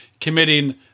committing